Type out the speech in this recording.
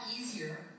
easier